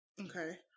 Okay